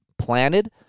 planted